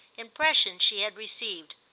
impressions she had received.